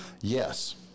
Yes